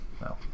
No